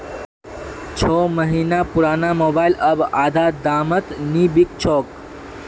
छो महीना पुराना मोबाइल अब आधा दामत नी बिक छोक